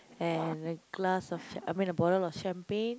and a glass of I mean a bottle of champagne